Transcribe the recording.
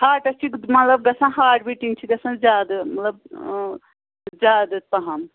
hearts چھِ مطلب گژھان ہارٹ بیٖٹِنٛگ چھِ گژھان زیادٕ مطلب زیادٕ پَہَم